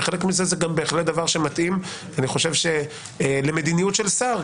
וחלק מזה זה גם בהחלט דבר שמתאים למדיניות של שר.